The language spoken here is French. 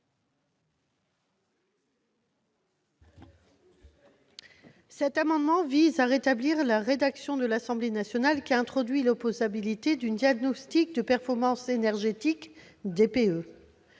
Cet amendement tend à rétablir la rédaction de l'Assemblée nationale, qui a introduit l'opposabilité du diagnostic de performance énergétique.